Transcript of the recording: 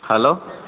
hello